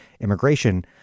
immigration